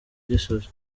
gisozi